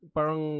Parang